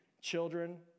children